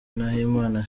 nahimana